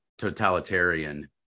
Totalitarian